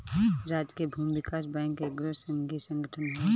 राज्य के भूमि विकास बैंक एगो संघीय संगठन हवे